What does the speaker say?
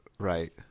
right